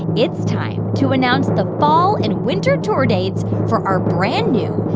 it's time to announce the fall and winter tour dates for our brand-new,